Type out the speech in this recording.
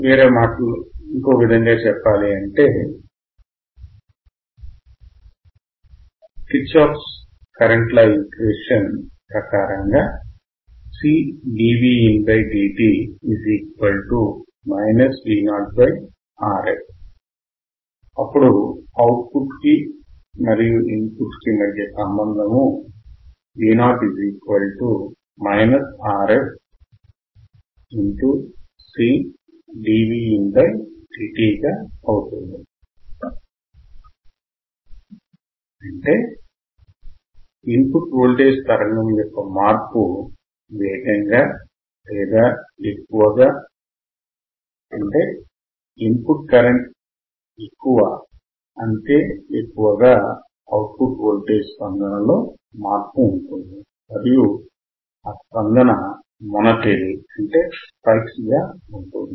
మరొక విధంగా చెప్పాలి అంటే ఇన్ పుట్ వోల్టేజ్ తరంగం యొక్క మార్పు వేగంగా లేదా ఎక్కువగా ఇన్ పుట్ కరెంట్ ఎక్కువ అంతే ఎక్కువగా అవుట్ పుట్ వోల్టేజ్ స్పందన లో మార్పు ఉంటుంది మరియు ఆ స్పందన మొన తేలి ఉంది